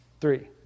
three